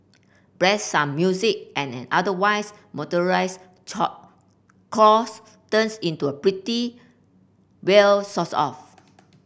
blast some music and an otherwise monotonous chore cores turns into a pretty well sorts of